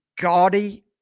gaudy